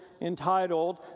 entitled